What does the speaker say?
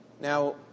Now